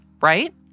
right